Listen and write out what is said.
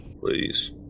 Please